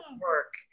work